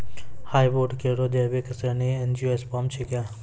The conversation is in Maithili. हार्डवुड केरो जैविक श्रेणी एंजियोस्पर्म छिकै